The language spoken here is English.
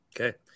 Okay